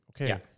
okay